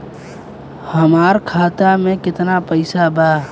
हमार खाता मे केतना पैसा बा?